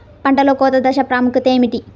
పంటలో కోత దశ ప్రాముఖ్యత ఏమిటి?